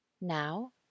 Now